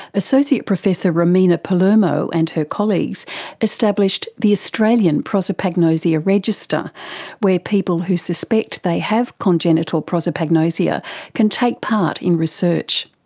associate professor romina palermo and her colleagues established the australian prosopagnosia register where people who suspect they have congenital prosopagnosia can take part in research.